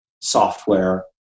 software